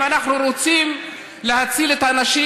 אם אנחנו רוצים להציל את האנשים,